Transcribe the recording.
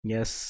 Yes